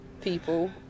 people